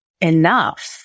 enough